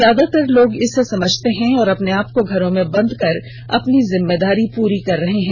ज्यादातर लोग इसे समझते हैं और अपने आप को घरों में बंद कर अपनी जिम्मेदारी पूरी कर रहे हैं